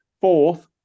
Fourth